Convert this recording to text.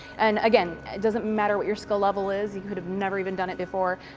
and again, doesn't matter what your skill level is. you could have never even done it before.